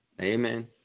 Amen